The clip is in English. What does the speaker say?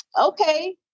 okay